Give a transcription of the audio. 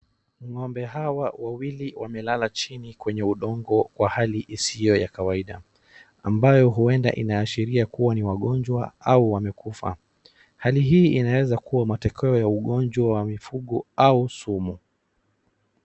Ng'ombe hawa wawili wamelala chini kwenye udongo kwa hali isiyo ya kawaida, ambayo huenda inaashiria kuwa ni wagonjwa au wamekufa, hali hii inaweza kuwa matokeo ya ugonjwa ya mifugo au sumu.